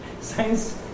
Science